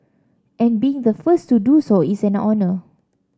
and being the first to do so is an honour